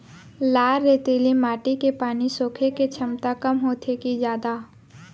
लाल रेतीली माटी के पानी सोखे के क्षमता कम होथे की जादा?